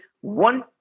one